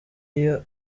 iyo